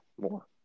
more